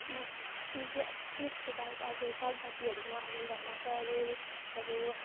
म तिज अरू तिजको बाहेक अरू सङ्क्रान्तिहरूमा हामी तरुलहरू